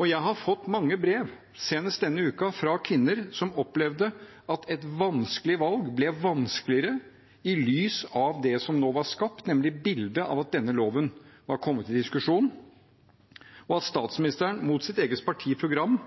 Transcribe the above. Og jeg har fått mange brev, senest denne uken, fra kvinner som opplevde at et vanskelig valg ble vanskeligere i lys av det som nå var skapt, nemlig bildet av at denne loven var kommet i diskusjon, og at statsministeren, mot sitt eget